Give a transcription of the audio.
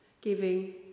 Giving